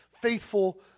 faithful